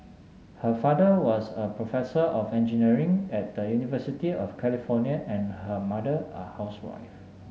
her father was a professor of engineering at the University of California and her mother a housewife